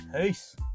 peace